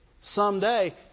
someday